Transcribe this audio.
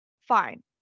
fine